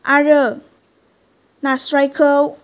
आरो नास्रायखौ